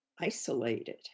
isolated